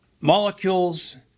molecules